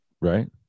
right